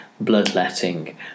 bloodletting